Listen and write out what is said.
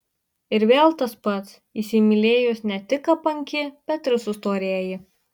ir vėl tas pats įsimylėjus ne tik apanki bet ir sustorėji